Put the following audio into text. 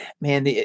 man